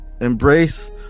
Embrace